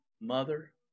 Mother